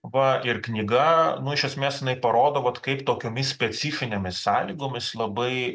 va ir knyga nu iš esmės jinai parodo vat kaip tokiomis specifinėmis sąlygomis labai